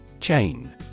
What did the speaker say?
Chain